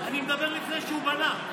אני מדבר על לפני שהוא בנה.